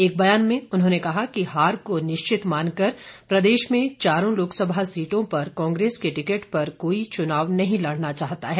एक बयान में उन्होंने कहा कि हार को निश्चित मानकर प्रदेश में चारों लोकसभा सीटों पर कांग्रेस के टिकट पर कोई चुनाव नहीं लड़ना चाहता है